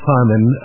Simon